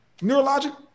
neurologic